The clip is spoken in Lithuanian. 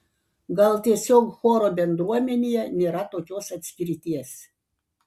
gal tiesiog choro bendruomenėje nėra tokios atskirties